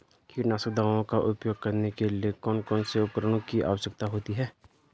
कीटनाशक दवाओं का उपयोग करने के लिए कौन कौन से उपकरणों की आवश्यकता होती है?